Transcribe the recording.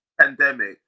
pandemic